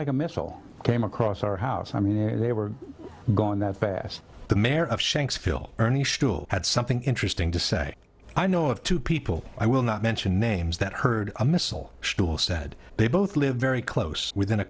like a missile came across our house i mean they were going that fast the mayor of shanksville early still had something interesting to say i know of two people i will not mention names that heard a missile store said they both live very close within a